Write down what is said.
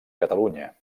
catalunya